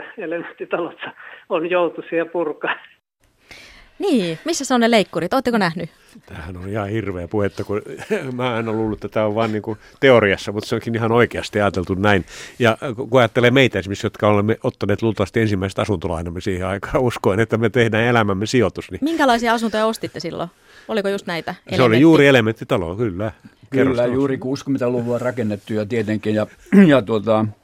elementtitalot on joutuisia purkaa. Niin, missä se on ne leikkurit? Oletteko nähnyt? Tämähän on ihan hirveä puhetta, kun mä en ole luullut, että tämä on vaan niin kuin teoriassa, mutta se onkin ihan oikeasti ajateltu näin. Ja kun ajattelee meitä esimerkiksi, jotka olemme ottaneet luultavasti ensimmäiset asuntolainamme siihen aikaan, uskoen, että me tehdään elämämme sijoitus, niin- Minkälaisia asuntoja ostitte silloin? Oliko just näitä? Se oli Elementti- juuri elementtitalo, kyllä. Kyllä, Kerrostalo. juuri 60-luvulla rakennettu ja tietenkin ja- ja tuota,